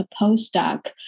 postdoc